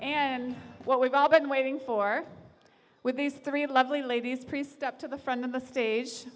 with what we've all been waiting for with these three lovely ladies priest up to the front of the stage